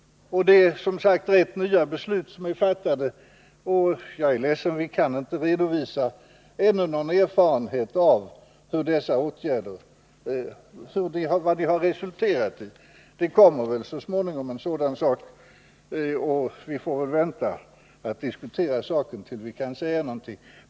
Det är, som sagt, rätt nya beslut, och jag är ledsen att behöva säga att vi ännu inte kan redovisa någon erfarenhet av vad dessa åtgärder resulterat i. Vi får väl vänta med att diskutera saken tills vi kan säga någonting.